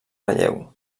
relleu